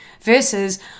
Versus